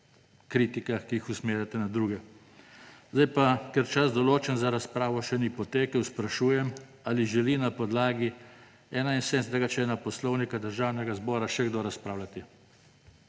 kritikah, ki jih usmerjate na druge. Zdaj pa, ker čas, določen za razpravo, še ni potekel, sprašujem, ali želi na podlagi 71. člena Poslovnika Državnega zbora še kdo razpravljati.